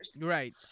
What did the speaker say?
Right